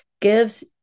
gives